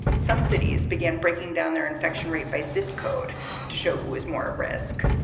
some cities begin breaking down their infection rate by zip code to show who is more at risk,